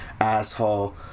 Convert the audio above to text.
asshole